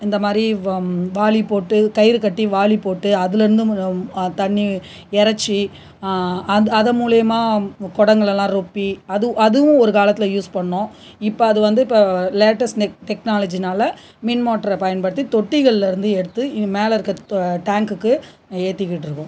இந்த மாதிரி வ வாலி போட்டு கயிறு கட்டி வாலி போட்டு அதிலருந்து தண்ணி இரச்சி அதை அதை மூலியமா குடங்களலாம் ரொப்பி அது அதுவும் ஒரு காலத்தில் யூஸ் பண்ணிணோம் இப்போ அது வந்து இப்போ லேட்டஸ்ட் டெக்னாலஜி நாலே மின் மோட்டர் பயன்படுத்தி தொட்டிகள்லேருந்து எடுத்து மேலே இருக்க டேங்குக்கு எற்றிக்கிட்டு இருக்கோம்